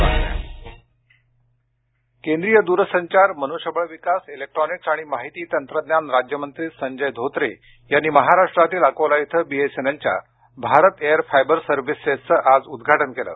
Bharat air fibre केंद्रीय दूरसंचार मनुष्यबळ विकास इलेक्ट्रॉनिक्स आणि माहिती आणि तंत्रज्ञान राज्यमंत्री संजय धोत्रे यांनी महाराष्ट्रातील अकोला इथं बीएसएनएलच्या भारत एअर फायबर सर्व्हिसेसचं आज उद्घाटन केले